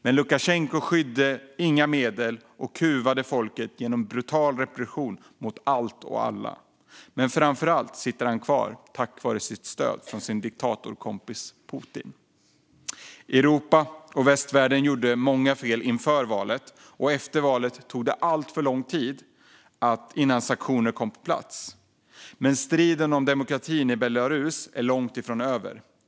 Men Lukasjenko skydde inga medel och kuvade folket genom brutal repression mot allt och alla. Men framför allt sitter han kvar tack vare stöd från sin diktatorkompis Putin. Europa och västvärlden gjorde många fel inför valet, och efter valet tog det alltför lång tid innan sanktioner kom på plats. Men striden om demokratin i Belarus är långt ifrån över.